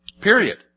Period